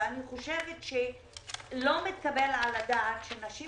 אני חושבת שלא מתקבל על הדעת שנשים